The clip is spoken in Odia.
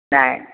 ନାଇଁ